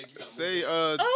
Say